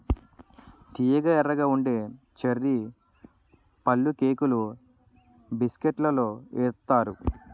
తియ్యగా ఎర్రగా ఉండే చర్రీ పళ్ళుకేకులు బిస్కట్లలో ఏత్తారు